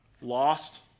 Lost